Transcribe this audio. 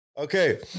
Okay